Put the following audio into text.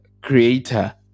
creator